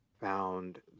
found